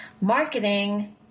marketing